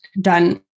done